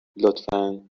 لطفا